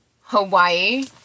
Hawaii